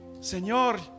Señor